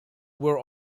were